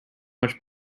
much